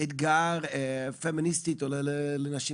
אתגר פמיניסטי לנשים,